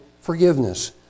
forgiveness